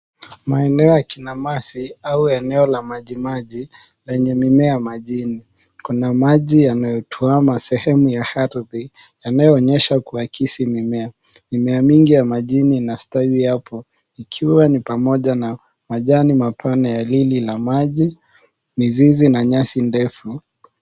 Maeneo ya kinamasi au eneo la majimaji lenye mimea majini. Kuna maji yanayotuama sehemu ya ardhi yanayoonyesha kuakisi mimea. Mimea mingi ya majini inastawi hapo ikiwa ni pamoja na majani mapana ya lili la maji, mizizi na nyasi ndefu.